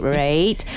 right